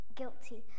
guilty